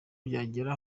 byagera